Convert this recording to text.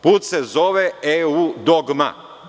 Put se zove EU dogma.